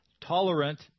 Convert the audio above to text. tolerant